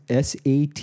SAT